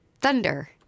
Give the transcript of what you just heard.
Thunder